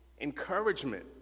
encouragement